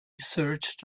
searched